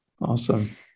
Awesome